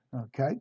okay